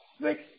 six